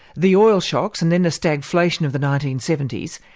the oil shocks, and then the stagflation of the nineteen seventy s,